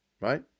right